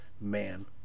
man